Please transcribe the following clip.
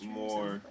more